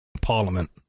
Parliament